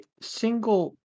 single